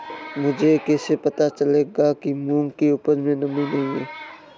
मुझे कैसे पता चलेगा कि मूंग की उपज में नमी नहीं है?